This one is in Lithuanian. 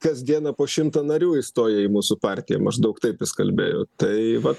kas dieną po šimtą narių įstoja į mūsų partiją maždaug taip jis kalbėjo tai va